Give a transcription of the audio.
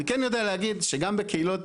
אני כן יודע להגיד שגם בקהילות,